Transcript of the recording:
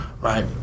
right